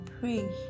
pray